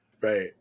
right